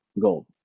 gold